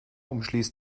umschließt